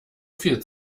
viel